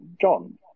John